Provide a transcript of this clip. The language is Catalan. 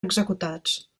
executats